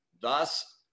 Thus